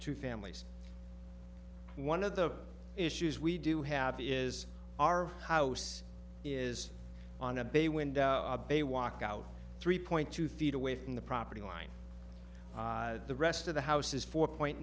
two families one of the issues we do have is our house is on a bay window they walk out three point two feet away from the property line the rest of the house is four point